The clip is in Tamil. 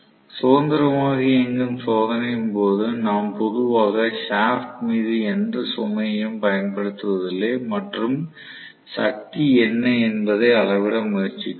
சுதந்திரமாக இயங்கும் சோதனையின் போது நாம் பொதுவாக ஷாப்ட் மீது எந்த சுமையும் பயன்படுத்துவதில்லை மற்றும் சக்தி என்ன என்பதை அளவிட முயற்சிக்கிறோம்